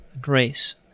grace